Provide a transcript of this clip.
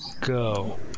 go